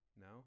no